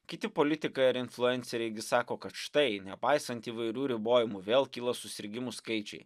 kiti politikai ar influenceriai gi sako kad štai nepaisant įvairių ribojimų vėl kyla susirgimų skaičiai